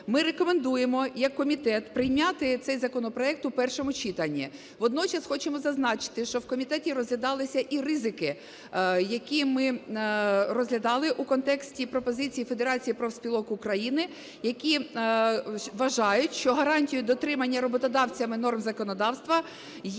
Ми рекомендуємо як комітет прийняти цей законопроект у першому читанні. Водночас хочемо зазначити, що в комітеті розглядалися і ризики, які ми розглядали у контексті пропозицій Федерації профспілок України, які вважають, що гарантією дотримання роботодавцями норм законодавства є,